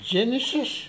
Genesis